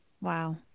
Wow